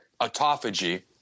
autophagy